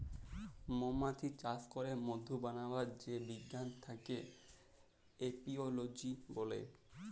মমাছি চাস ক্যরে মধু বানাবার যে বিজ্ঞান থাক্যে এপিওলোজি ব্যলে